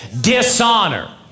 Dishonor